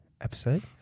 episode